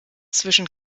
zwischen